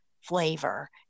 flavor